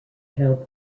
cal